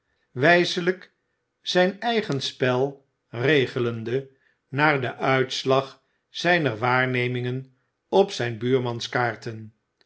wijselijk zijn eigen spel regelende naar den uitslag zijner waarnemingen op zijn buurmans kaarten